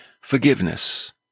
Forgiveness